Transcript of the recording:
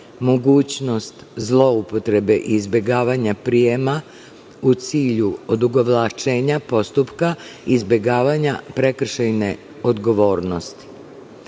mogućnost zloupotrebe i izbegavanja prijema, u cilju odugovlačenja postupka i izbegavanja prekršajne odgovornosti. Uveden